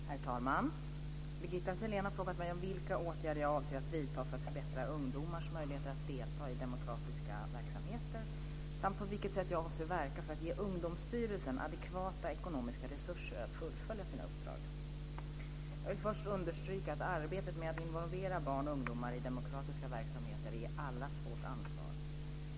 Herr talman! Birgitta Sellén har frågat mig om vilka åtgärder jag avser att vidta för att förbättra ungdomars möjligheter att delta i demokratiska verksamheter samt på vilket sätt jag avser verka för att ge Ungdomsstyrelsen adekvata ekonomiska resurser att fullfölja sina uppdrag. Jag vill först understryka att arbetet med att involvera barn och ungdomar i demokratiska verksamheter är allas vårt ansvar.